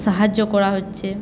সাহায্য করা হচ্ছে